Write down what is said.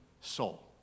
soul